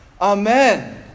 Amen